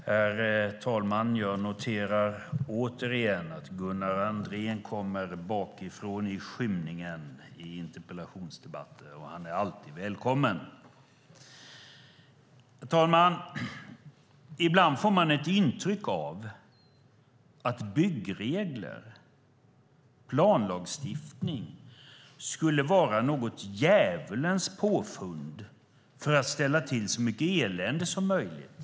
Herr talman! Jag noterar återigen att Gunnar Andrén kommer bakifrån i skymningen i interpellationsdebatter. Han är alltid välkommen. Herr talman! Ibland får man ett intryck av att byggregler och planlagstiftning skulle vara något djävulens påfund för att ställa till så mycket elände som möjligt.